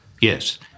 Yes